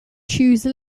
choose